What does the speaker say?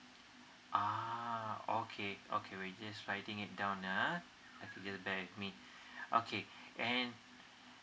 ah okay okay we just writing it down yeah just bear with me okay then